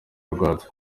rwatsi